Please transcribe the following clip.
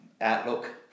Outlook